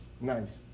nice